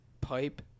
pipe